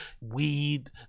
weed